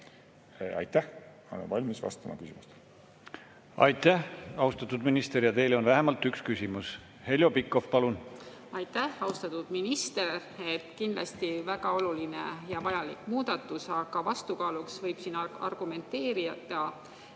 Aitäh! Ma olen valmis vastama küsimustele.